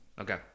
Okay